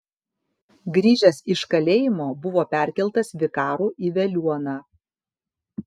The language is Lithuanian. grįžęs iš kalėjimo buvo perkeltas vikaru į veliuoną